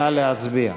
נא להצביע.